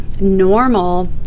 normal